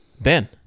Ben